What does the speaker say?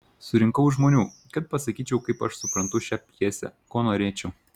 surinkau žmonių kad pasakyčiau kaip aš suprantu šią pjesę ko norėčiau